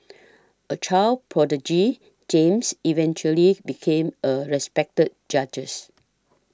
a child prodigy James eventually became a respected judges